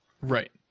Right